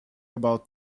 about